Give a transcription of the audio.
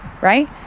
right